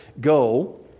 go